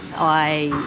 i